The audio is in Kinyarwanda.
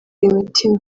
imitima